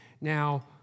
Now